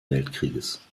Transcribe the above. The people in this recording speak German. weltkrieges